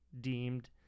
deemed